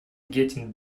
getting